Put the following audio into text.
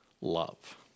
love